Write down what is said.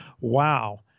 wow